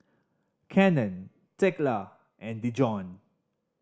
Cannon Thekla and Dijon